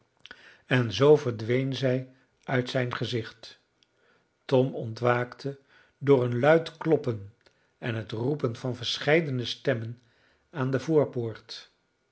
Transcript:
en zoo verdween zij uit zijn gezicht tom ontwaakte door een luid kloppen en het roepen van verscheidene stemmen aan de voorpoort